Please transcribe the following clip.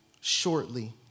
shortly